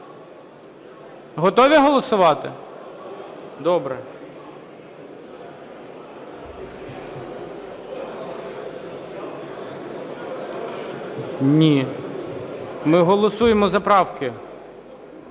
Готові голосувати? Добре. Ні, ми голосуємо за правки.